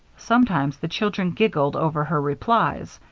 sometimes the children giggled over her replies,